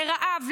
לרעב,